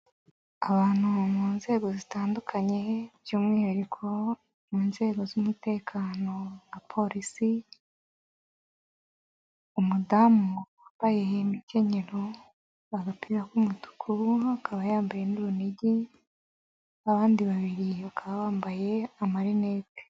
Abantu mu nzego zitandukanye by'umwihariko mu nzego z'umutekano nka polisi, umudamu wambaye imkenyero, agapira k'umutuku, uwo akaba yambaye n'urunigi, abandi babiri bakaba bambaye amarinete.